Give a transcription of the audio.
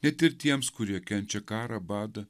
net ir tiems kurie kenčia karą badą